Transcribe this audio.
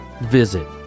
Visit